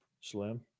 Slim